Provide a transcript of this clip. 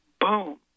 boom